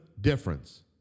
difference